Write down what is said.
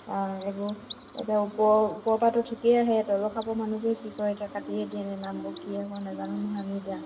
অঁ এইবোৰ এতিয়া ওপৰ ওপৰ পৰাটো ঠিকেই আহে তলৰ খাপৰ মানুহে কি কৰে এতিয়া কাটিয়ে দিয়ে নে নামবোৰ কি হয় নাজানো নহয় আমি এতিয়া